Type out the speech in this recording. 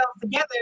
together